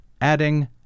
adding